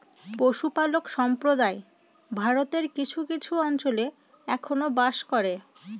পশুপালক সম্প্রদায় ভারতের কিছু কিছু অঞ্চলে এখনো বাস করে